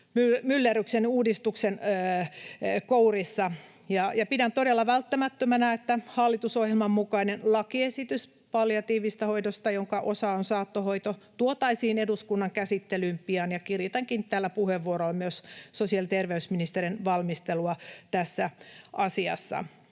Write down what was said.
myllerryksen, uudistuksen kourissa. Pidän todella välttämättömänä, että hallitusohjelman mukainen lakiesitys palliatiivisesta hoidosta, jonka osa on saattohoito, tuotaisiin eduskunnan käsittelyyn pian. Kiritänkin tällä puheenvuorolla myös sosiaali- ja terveysministeriön valmistelua tässä asiassa.